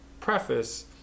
preface